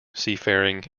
seafaring